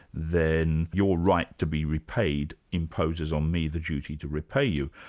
then your right to be repaid imposes on me the duty to repay you.